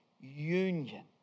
union